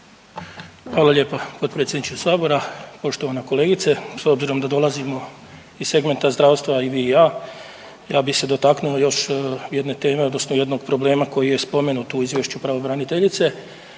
Hvala lijepa potpredsjedniče Sabora. Poštovana kolegice, s obzirom da dolazimo iz segmenta zdravstva i vi i ja, ja bih se dotaknuo još jedne teme odnosno jednog problema koji je spomenut u Izvješću pravobraniteljice,